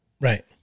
Right